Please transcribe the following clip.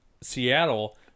Seattle